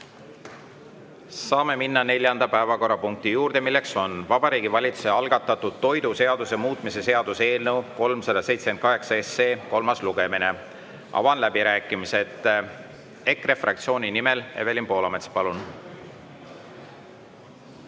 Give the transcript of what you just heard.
Saame minna neljanda päevakorrapunkti juurde. See on Vabariigi Valitsuse algatatud toiduseaduse muutmise seaduse eelnõu 378 kolmas lugemine. Avan läbirääkimised. EKRE fraktsiooni nimel Evelin Poolamets, palun!